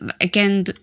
again